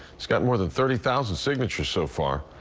it's got more than thirty thousand signatures so far.